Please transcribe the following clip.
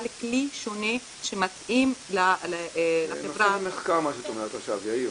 אבל כלי שונה שמתאים לחברה --- יאיר,